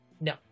no